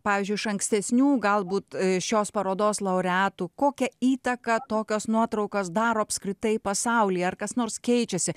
pavyzdžiui iš ankstesnių galbūt šios parodos laureatų kokią įtaką tokios nuotraukos daro apskritai pasaulyje ar kas nors keičiasi